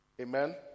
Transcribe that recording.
Amen